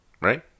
right